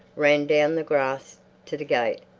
ran down the grass to the gate.